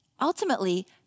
Ultimately